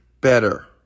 better